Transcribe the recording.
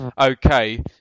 okay